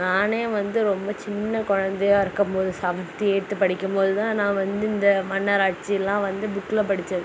நானே வந்து ரொம்ப சின்ன குழந்தையா இருக்கம் போது சவன்த்து எயித்து படிக்கும் போதுதான் நான் வந்து இந்த மன்னர் ஆட்சிலாம் வந்து புக்ல படிச்சது